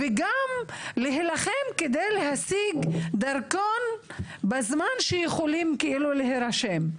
וגם להילחם כדי להשיג דרכון בזמן שיכולים להירשם.